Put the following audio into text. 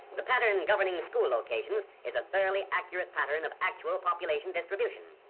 the patterns governing school locations is a fairly accurate patterns of actual population distribution.